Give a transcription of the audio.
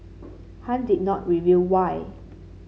Han did not reveal why